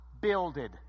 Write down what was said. builded